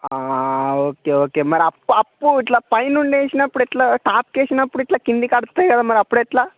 okay okay మరి up up ఇట్లా పైనుండి వేసినప్పుడు ఎట్లా టాప్కి వేసినప్పుడు ఇట్లా కిందకి ఆడుతుంది కదా మరి అప్పుడెట్లా